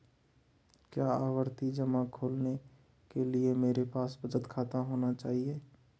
क्या आवर्ती जमा खोलने के लिए मेरे पास बचत खाता होना चाहिए?